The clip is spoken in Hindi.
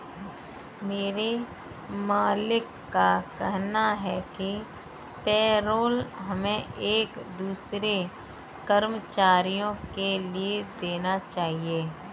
मेरे मालिक का कहना है कि पेरोल हमें एक दूसरे कर्मचारियों के लिए देना चाहिए